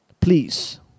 Please